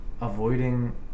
avoiding